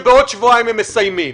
שבעוד שבועיים הם מסיימים.